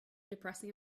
depressing